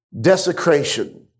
desecration